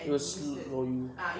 it will slow you